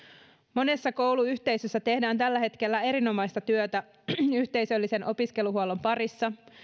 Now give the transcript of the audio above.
monessa kouluyhteisössä tehdään tällä hetkellä erinomaista työtä yhteisöllisen opiskeluhuollon parissa